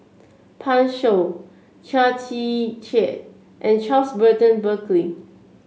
Pan Shou Chia Tee Chiak and Charles Burton Buckley